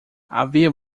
havia